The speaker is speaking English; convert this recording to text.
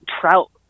trout